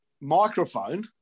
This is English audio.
microphone